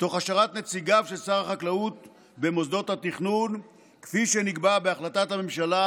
תוך השארת נציגיו של שר החקלאות במוסדות התכנון כפי שנקבע בהחלטת הממשלה